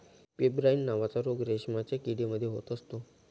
pebrine नावाचा रोग रेशमाच्या किडे मध्ये होत असतो